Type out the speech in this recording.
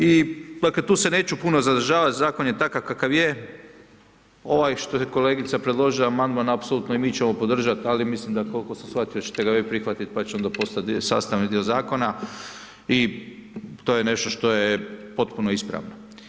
I, pa tu se neću puno zadržavati, Zakon je takav kakav je, ovaj što je kolegica predložila Amandman, apsolutno i mi ćemo podržati, ali mislim da, koliko sam shvatio, da ćete ga vi prihvatiti, pa će onda postati sastavni dio Zakona i to je nešto što je potpuno ispravno.